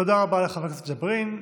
תודה רבה לחבר הכנסת ג'בארין.